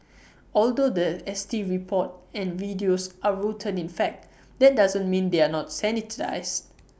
although The S T report and videos are rooted in fact that doesn't mean they are not sanitised